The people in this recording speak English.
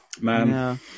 man